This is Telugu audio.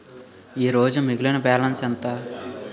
ఈరోజు మిగిలిన బ్యాలెన్స్ ఎంత?